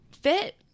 fit